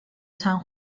san